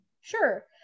sure